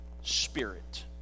spirit